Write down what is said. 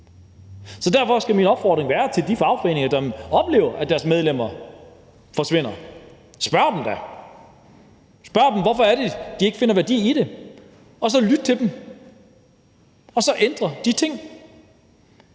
Så derfor skal min opfordring være til de fagforeninger, der oplever, at deres medlemmer forsvinder: Spørg dem da. Spørg dem, hvorfor det er, de ikke finder værdi i det, og så lyt til dem, og ændr de ting.